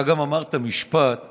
אתה גם אמרת משפט